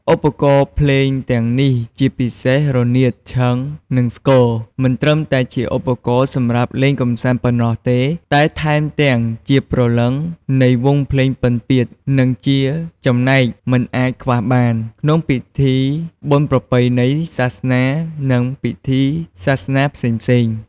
ឧបករណ៍ភ្លេងទាំងនេះ ជាពិសេស រនាត ឈិង និងស្គរ មិនត្រឹមតែជាឧបករណ៍សម្រាប់លេងកម្សាន្តប៉ុណ្ណោះទេ តែថែមទាំងជាព្រលឹងនៃ វង់ភ្លេងពិណពាទ្យ និងជាចំណែកមិនអាចខ្វះបាន ក្នុងពិធីបុណ្យប្រពៃណី សាសនា និងពិធីសាសនាផ្សេងៗ។